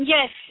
Yes